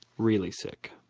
really sick.